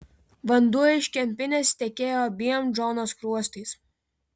vanduo iš kempinės tekėjo abiem džono skruostais